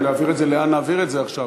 להעביר את זה, לאן נעביר את זה עכשיו?